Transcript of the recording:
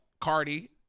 Cardi